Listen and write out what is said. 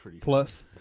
plus